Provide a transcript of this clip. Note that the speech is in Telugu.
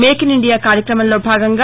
మేకిన్ ఇండియా కార్యక్రమంలో భాగంగా